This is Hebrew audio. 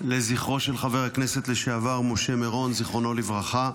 לזכרו של חבר הכנסת לשעבר משה מרון, זכרונו לברכה,